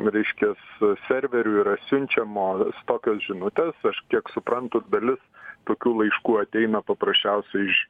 reiškias serverių yra siunčiamos tokios žinutės aš kiek suprantu dalis tokių laiškų ateina paprasčiausia iš